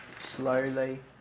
slowly